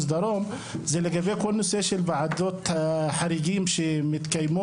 דרום זה לגבי כל נושא ועדות החריגים שמתקיימות.